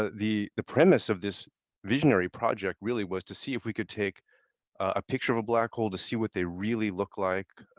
ah the the premise of this visionary project was to see if we could take a picture of a black hole to see what they really look like,